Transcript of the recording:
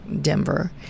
Denver